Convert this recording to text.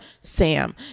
Sam